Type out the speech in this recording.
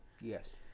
yes